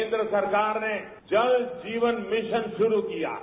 केंद्र सरकार ने जल जीवन मिशन शुरू किया है